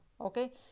okay